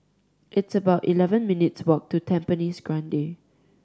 it's about eleven minutes' walk to Tampines Grande